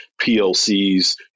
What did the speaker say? PLCs